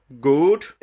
good